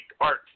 art